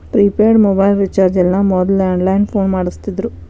prepaid mobile recharge ಎಲ್ಲ ಮೊದ್ಲ landline phone ಮಾಡಸ್ತಿದ್ರು